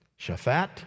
Shaphat